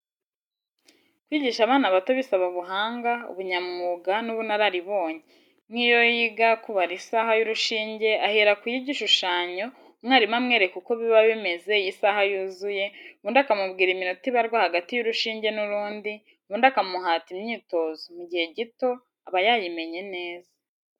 Kwigisha abana bato bisaba ubuhanga, ubunyamwuga n'ubunararibonye; nk'iyo yiga kubara isaha y'urushinge, ahera ku y'igishushanyo; mwarimu amwereka uko biba bimeze iyo isaha yuzuye, ubundi akamubwira iminota ibarwa hagati y'urushinge n'urundi, ubundi akamuhata imyitozo, mu gihe gito aba yayimenye neza.